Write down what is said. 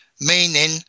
meaning